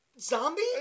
zombie